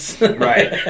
Right